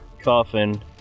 coffin